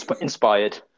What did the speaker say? Inspired